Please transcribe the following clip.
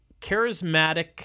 charismatic